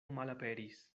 malaperis